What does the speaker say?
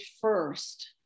first